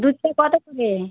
দুধ চা কতো করে